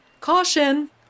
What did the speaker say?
Caution